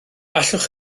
allwch